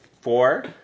four